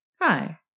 Hi